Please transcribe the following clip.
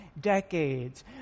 decades